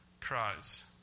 cries